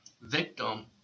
victim